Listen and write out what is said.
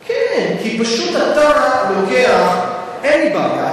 כן, כי פשוט אתה לוקח, אין לי בעיה.